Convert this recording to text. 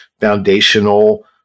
foundational